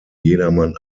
jedermann